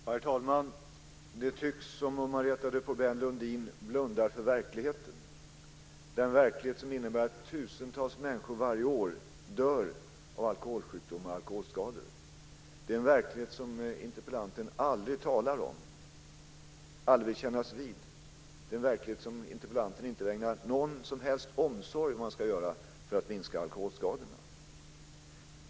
Herr talman! Det tycks som om Marietta de Pourbaix-Lundin blundar för verkligheten, den verklighet som innebär att tusentals människor varje år dör av alkoholsjukdomar och alkoholskador. Det är en verklighet som interpellanten aldrig talar om, aldrig vill kännas vid. Det är en verklighet som interpellanten inte ägnar någon som helst omsorg för att minska alkoholskadorna.